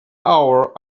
hour